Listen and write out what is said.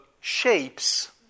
shapes